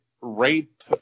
rape